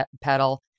pedal